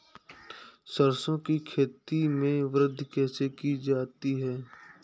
सरसो की खेती में वृद्धि कैसे की जाती है?